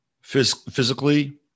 physically